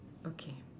okay